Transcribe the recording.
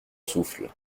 souffle